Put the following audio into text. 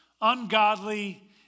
ungodly